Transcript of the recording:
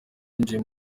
yinjiye